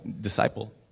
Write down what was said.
disciple